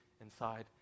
inside